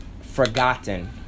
forgotten